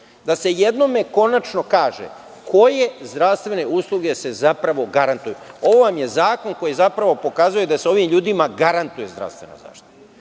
da jednom konačno kaže koje zdravstvene usluge se garantuju. Ovo vam je zakon koji pokazuje da se ovim ljudima garantuje zdravstvena zaštita,